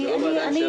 זה לא בידיים שלנו.